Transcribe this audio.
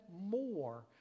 more